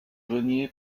renié